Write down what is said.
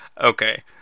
Okay